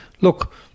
look